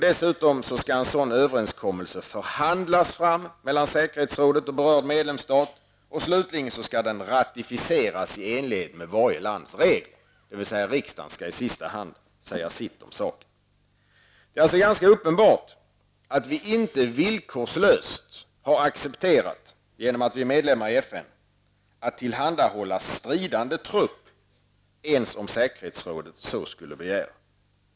Dessutom skall en sådan överenskommelse förhandlas fram mellan säkerhetsrådet och berörd medlemsstat, och slutligen skall den ratificeras i enlighet med varje lands regler, dvs. riksdagen skall i sista hand säga sitt om saken. Det är uppenbart att vi inte villkorslöst accepterat genom att bli medlemmar i FN att tillhandahålla stridande trupp ens om säkerhetsrådet så skulle begära.